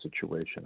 situation